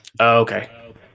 Okay